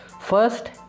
First